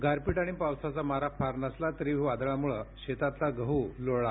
गारपीट आणि पावसाचा मारा फार नसला तरीही वादळामुळे शेतातील गहू लोळला